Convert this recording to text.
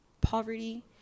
poverty